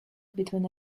between